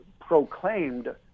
proclaimed